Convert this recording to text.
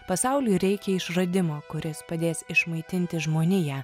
pasauliui reikia išradimo kuris padės išmaitinti žmoniją